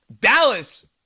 Dallas